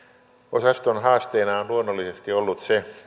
osaston haasteena on on luonnollisesti ollut se